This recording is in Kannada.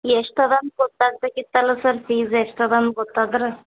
ಎಷ್ಟು ಅದ ಅಂತ ಗೊತ್ತಾಗಬೇಕಿತ್ತಲ್ಲ ಸರ್ ಫೀಸ್ ಎಷ್ಟು ಅದ ಅಂತ ಗೊತ್ತಾದ್ರೆ